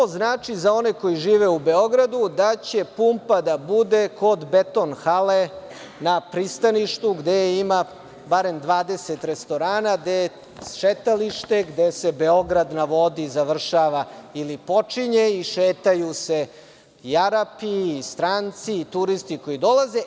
To znači za one koji žive u Beogradu da će pumpa da bude kod Beton hale na pristaništu gde ima barem 20 restorana, gde je šetalište, gde se „Beograda na vodi“ završava ili počinje i šetaju se i Arapi i stranci i turisti koji dolaze.